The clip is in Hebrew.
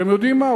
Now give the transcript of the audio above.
אתם יודעים מה?